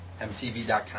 MTV.com